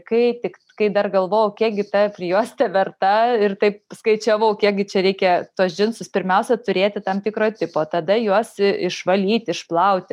kai tik kai dar galvojau kiek gi ta prijuostė verta ir taip skaičiavau kiek gi čia reikia tuos džinsus pirmiausia turėti tam tikro tipo tada juos išvalyti išplauti